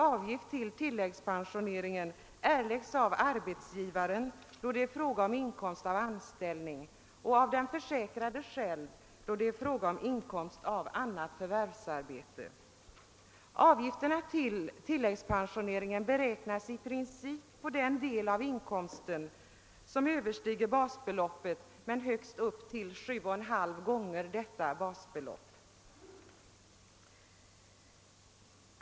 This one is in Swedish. Avgift till tilläggspensioneringen erläggs av arbetsgivaren, då det är fråga om inkomst av anställning, och av den försäkrade själv när det gäller inkomst av annat förvärvsarbete. Avgifterna till tilläggspensioneringen beräknas i princip på den del av inkomsten som överstiger basbeloppet men högst upp till sju och en halv gånger basbeloppet.